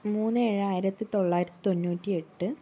മൂന്ന് എഴ് ആയിരത്തിത്തൊള്ളായിരത്തി തൊണ്ണൂറ്റി എട്ട്